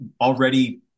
already